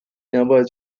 نباید